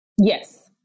Yes